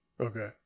Okay